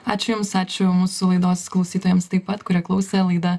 ačiū jums ačiū mūsų laidos klausytojams taip pat kurie klausė laida